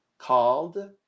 called